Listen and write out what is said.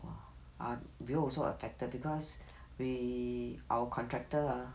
!wah! our view also affected because we our contractor